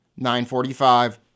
$9.45